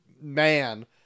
man